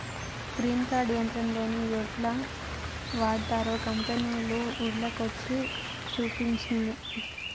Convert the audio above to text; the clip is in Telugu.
గ్రెయిన్ కార్ట్ యంత్రం యెట్లా వాడ్తరో కంపెనోళ్లు ఊర్ల కొచ్చి చూపించిన్లు